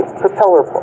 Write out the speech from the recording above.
propeller